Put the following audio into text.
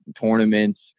tournaments